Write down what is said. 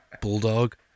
Bulldog